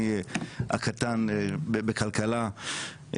אני הקטן בכלכלה,